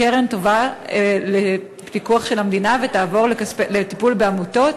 הקרן תובא לפיקוח של המדינה ותעבור לטיפול בעמותות,